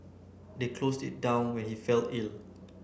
they closed it down when he fell ill